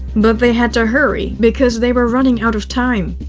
but they had to hurry because they were running out of time.